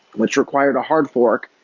which required a hard fork.